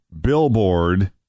billboard